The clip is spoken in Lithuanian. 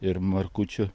ir markučių